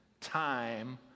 time